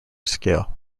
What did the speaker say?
scale